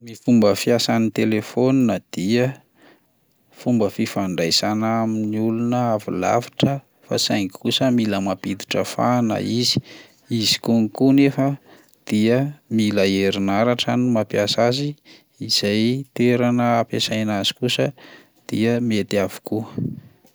Ny fomba fiasan'ny telefaonina dia: fomba fifandraisana amin'ny olona avy lavitra fa saingy kosa mila mampiditra fahana izy, izy konko nefa dia mila herinaratra no mampiasa azy, izay toerana ampiasaina azy kosa dia mety avokoa.